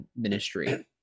ministry